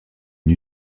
une